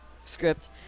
script